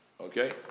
Okay